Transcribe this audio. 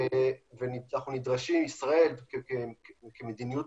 וישראל כמדיניות